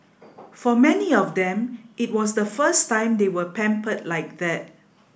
for many of them it was the first time they were pampered like that